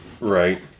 Right